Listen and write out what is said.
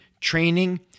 training